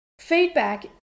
feedback